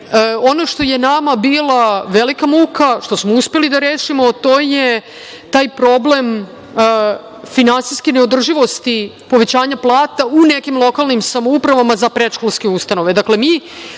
ono što je nama bila velika muka, što smo uspeli da rešimo jeste taj problem finansijske neodrživosti povećanja plata u nekim lokalnim samoupravama za predškolske ustanove.